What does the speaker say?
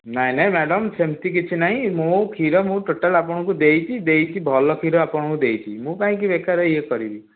ନାହିଁ ନାହିଁ ମ୍ୟାଡ଼ାମ ସେମିତି କିଛି ନାହିଁ ମୁଁ କ୍ଷୀର ମୁଁ ଟୋଟାଲ୍ ଆପଣଙ୍କୁ ଦେଇଛି ଦେଇଛି ଭଲ କ୍ଷୀର ଆପଣଙ୍କୁ ଦେଇଛି ମୁଁ କାହିଁକି ବେକାର ଇଏ କରିବି